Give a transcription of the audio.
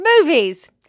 movies